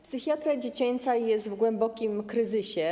Psychiatria dziecięca jest w głębokim kryzysie.